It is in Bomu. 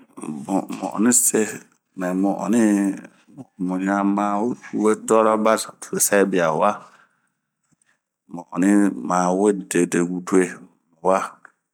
Mu oni se mɛ muɲama we tuɔra ba sɛbia wa. mu ani ma we dededue muwa.